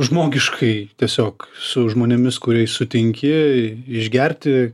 žmogiškai tiesiog su žmonėmis kuriais sutinki išgerti